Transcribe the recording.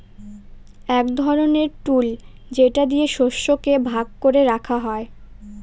এক ধরনের টুল যেটা দিয়ে শস্যকে ভাগ করে রাখা হয়